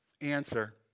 answer